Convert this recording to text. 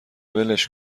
ولش